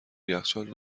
یخچال